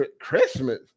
christmas